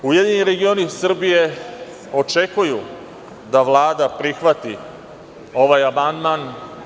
Ujedinjeni regioni Srbije očekuju da Vlada prihvati ovaj amandman.